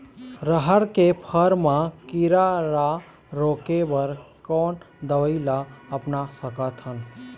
रहर के फर मा किरा रा रोके बर कोन दवई ला अपना सकथन?